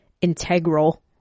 integral